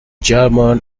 german